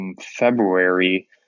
February